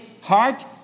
heart